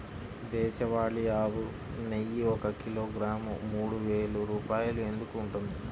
దేశవాళీ ఆవు నెయ్యి ఒక కిలోగ్రాము మూడు వేలు రూపాయలు ఎందుకు ఉంటుంది?